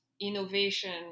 innovation